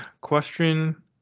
question